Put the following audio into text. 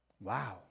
Wow